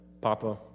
Papa